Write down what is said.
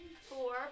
Four